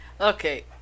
okay